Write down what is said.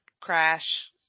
crash